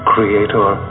Creator